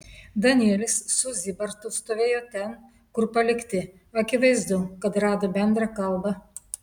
danielis su zybartu stovėjo ten kur palikti akivaizdu kad rado bendrą kalbą